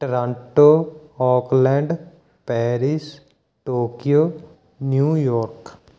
Toronto Oakland Paris Tokyo New York